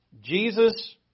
Jesus